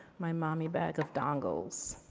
my mommy bag of dongles.